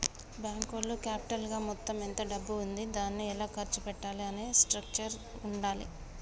బ్యేంకులో క్యాపిటల్ గా మొత్తం ఎంత డబ్బు ఉంది దాన్ని ఎలా ఖర్చు పెట్టాలి అనే స్ట్రక్చర్ ఉండాల్ల